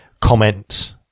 comment-